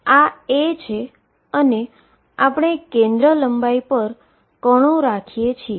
આ a છે અને આપણે ફોકલ લેન્થ પર પાર્ટીકલ રાખીએ છીએ